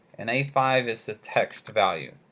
and a five is the text value.